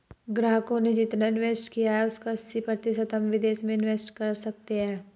ग्राहकों ने जितना इंवेस्ट किया है उसका अस्सी प्रतिशत हम विदेश में इंवेस्ट कर सकते हैं